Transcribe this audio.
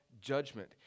judgment